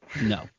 No